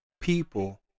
people